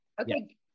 Okay